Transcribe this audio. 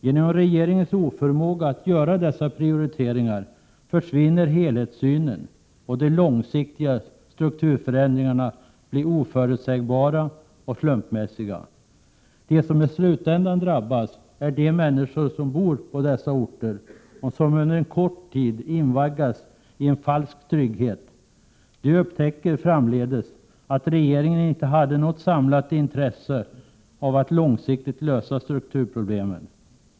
Genom regeringens oförmåga att göra dessa prioriteringar försvinner helhetssynen, och de långsiktiga strukturförändringarna blir oförutsägbara och slumpmässiga. De som i slutändan drabbas är de människor som bor på dessa orter och som under en kort tid invaggas i en falsk trygghet. De upptäcker framdeles att regeringen inte hade något samlat intresse av att långsiktigt lösa strukturproblemen.